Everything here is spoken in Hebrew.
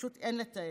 פשוט אין לתאר.